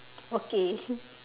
okay